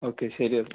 okay ശരി എന്നാൽ